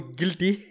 guilty